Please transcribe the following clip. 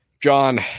John